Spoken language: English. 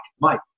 Mike